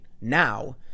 Now